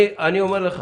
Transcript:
אני אומר לך